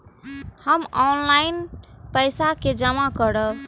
हमू ऑनलाईनपेसा के जमा करब?